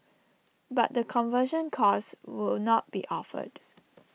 but the conversion course will not be offered